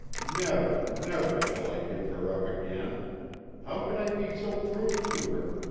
never, never, shall i give her up again how could i be so cruel to her!